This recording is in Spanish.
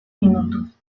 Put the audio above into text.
minutos